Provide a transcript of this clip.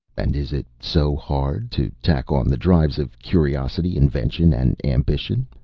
and is it so hard to tack on the drives of curiosity, invention, and ambition,